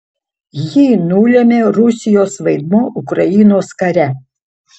jį nulėmė rusijos vaidmuo ukrainos kare